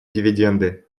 дивиденды